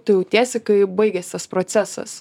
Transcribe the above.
tu jautiesi kai baigiasi tas procesas